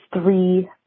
three